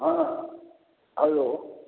हॅं हैलो